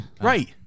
Right